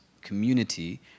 community